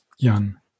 Jan